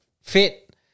fit